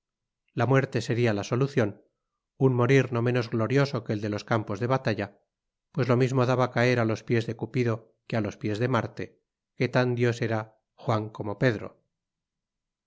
la muerte sería la solución un morir no menos glorioso que el de los campos de batalla pues lo mismo daba caer a los pies de cupido que a los pies de marte que tan dios era juan como pedro